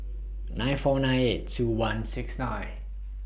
nine four nine eight two one six nine